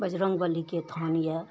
बजरङ्गबलीके थान यऽ